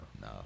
No